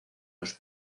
los